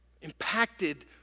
Impacted